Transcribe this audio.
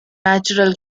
natural